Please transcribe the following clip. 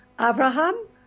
Abraham